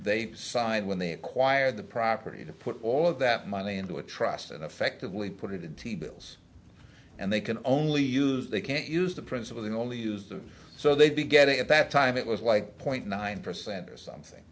signed when they acquired the property to put all of that money into a trust and effectively put it in t bills and they can only use they can't use the principal and only use them so they'd be getting at that time it was like point nine percent or something